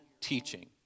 teaching